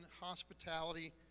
hospitality